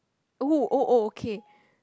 oh oh oh okay